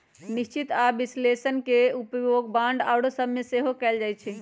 निश्चित आऽ विश्लेषण के उपयोग बांड आउरो सभ में सेहो कएल जाइ छइ